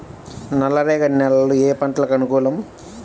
నల్ల రేగడి నేలలు ఏ పంటకు అనుకూలం?